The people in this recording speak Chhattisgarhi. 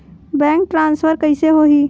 बैंक ट्रान्सफर कइसे होही?